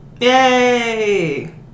Yay